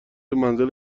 منزل